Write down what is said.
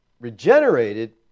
regenerated